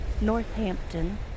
Northampton